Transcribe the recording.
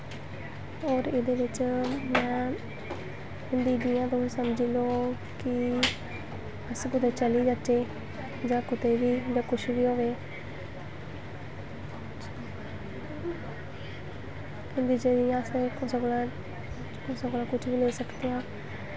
होर एह्दे बिच्च में हिन्दी जियां तुस समझी लैओ कि अस कुदै चली जाच्चै जां कुतै बी मतलब कुछ बी होए हिन्दी च अस कुसै कोला कुसै कोला कुछ बी लेई सकते आं